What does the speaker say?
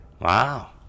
Wow